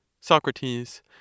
Socrates